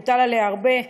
מוטל עליה הרבה,